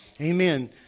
amen